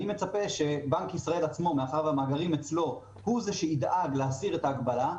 אני מצפה שבנק ישראל הוא זה שידאג להסיר את ההגבלה,